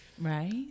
Right